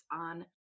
on